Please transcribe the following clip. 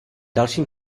dalším